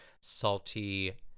salty